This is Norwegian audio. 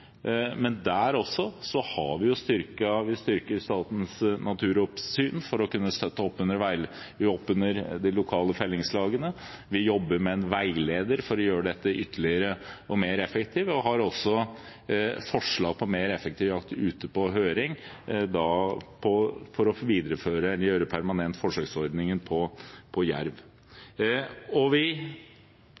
Men vi har styrket Statens naturoppsyn for å kunne støtte opp under de lokale fellingslagene. Vi jobber med en veileder for å gjøre dette ytterligere effektivt, og vi har også forslag ute på høring for å gjøre forsøksordningen med jerv permanent. Vi har en todelt målsetting. Vi skal ha det i beiteprioriterte områder, og vi